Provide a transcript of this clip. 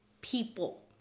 people